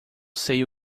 sei